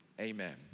amen